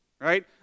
Right